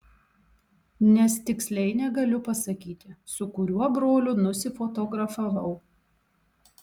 nes tiksliai negaliu pasakyti su kuriuo broliu nusifotografavau